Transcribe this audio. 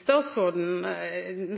Statsråden